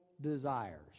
desires